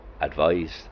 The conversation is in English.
advised